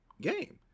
game